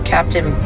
Captain